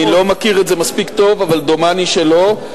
אני לא מכיר את זה מספיק טוב, אבל דומני שלא.